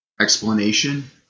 explanation